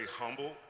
humble